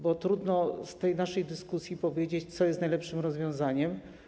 Bo trudno na podstawie tej naszej dyskusji powiedzieć, co jest najlepszym rozwiązaniem.